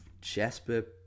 Jasper